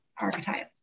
archetype